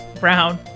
Brown